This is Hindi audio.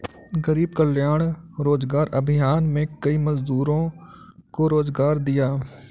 गरीब कल्याण रोजगार अभियान में कई मजदूरों को रोजगार दिया